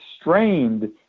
strained